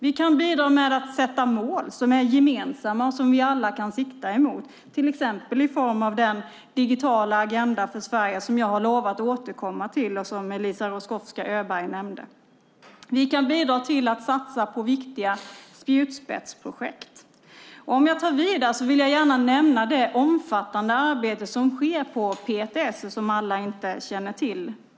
Vi kan bidra med att sätta mål som är gemensamma och som vi alla kan sikta mot, till exempel i form av den digitala agenda för Sverige som jag har lovat att återkomma till och som Eliza Roszkowska Öberg nämnde. Vi kan bidra till att satsa på viktiga spjutspetsprojekt. Jag tar vid där genom att nämna det omfattande arbete som sker på PTS och som alla inte känner till.